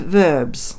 verbs